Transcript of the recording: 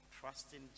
Trusting